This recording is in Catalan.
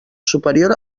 superior